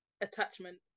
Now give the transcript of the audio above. Attachment